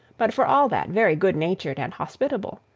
but for all that very good-natured and hospitable.